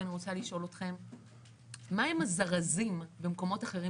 ואני רוצה לשאול: מה הם הזרזים במקומות אחרים